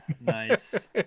nice